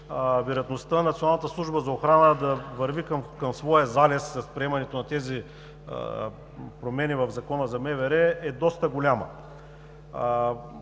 охрана да върви към своя залез с приемането на тези промени в Закона за МВР е доста голяма.